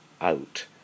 out